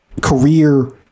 career